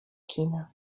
kina